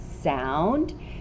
sound